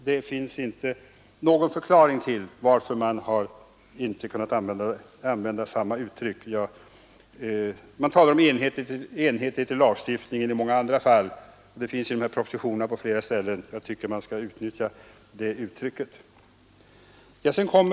Det finns inte någon förklaring till att man inte kan använda samma uttryck i dag. Man talar i många andra fall om önskvärdheten av enhetlighet i lagstiftningen, och eftersom det av mig förordade uttrycket använts i den nämnda propositionen "och även på flera andra ställen, tycker jag att man skall utnyttja det även i detta sammanhang.